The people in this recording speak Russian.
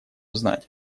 знать